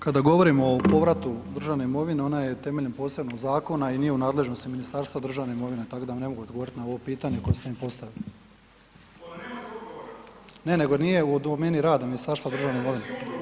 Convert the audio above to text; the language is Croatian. Kada govorimo o povratu državne imovine ona je temeljem posebnog zakona i nije u nadležnosti Ministarstva državne imovine tako da vam ne mogu odgovoriti na ovo pitanje koje ste mi postavili. ... [[Upadica se ne čuje.]] Ne nego nije u domeni rada Ministarstva državne imovine.